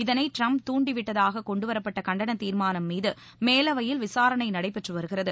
இதனை டிரம்ப் துண்டிவிட்டதாக கொண்டுவரப்பட்ட கண்டன தீர்மானம் மீது மேலவையில் விசாரணை நடைபெற்று வருகிறது